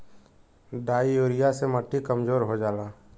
di urea से मट्टी कमजोर हो जाला